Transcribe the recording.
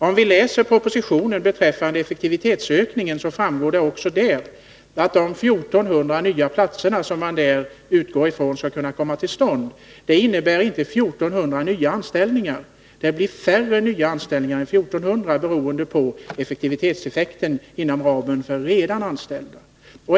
Om vi läser propositionen beträffande effektivitetsökningen, finner vi att de 1 400 nya platser man utgår ifrån skall kunna komma till stånd inte innebär 1400 nya anställningar. Det blir färre nya anställningar än 1 400 beroende på effektivitetseffekten för gruppen redan anställda.